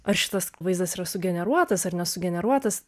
ar šitas vaizdas yra sugeneruotas ar nesugeneruotas